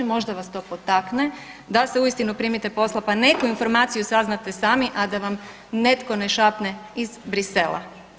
Možda vas to potakne da se uistinu primite posla, pa neku informaciju saznate sami a da vam netko ne šapne iz Bruxellesa.